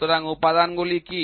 সুতরাং উপাদানগুলি কি